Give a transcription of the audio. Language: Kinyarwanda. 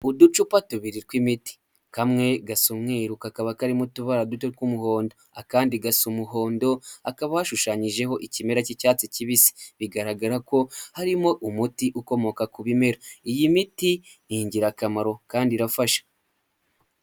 Uducupa tubiri tw'imiti, kamwe gasa umweru, kakaba karimo utubara duto tw'umuhondo akandi gasa umuhondo, hakaba hashushanyijeho ikimera cy'icyatsi kibisi bigaragara ko harimo umuti ukomoka ku bimera, iyi miti ni ingirakamaro kandi irafasha.